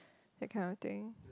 that kind of thing